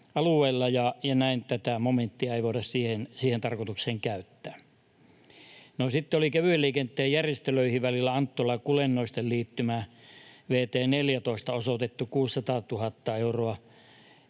tätä momenttia ei voida siihen tarkoitukseen käyttää. No, sitten oli kevyen liikenteen järjestelyihin välillä Anttola — Kulennoisten liittymä, vt 14, osoitettu 600 000 euroa.